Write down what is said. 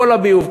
כל הביוב,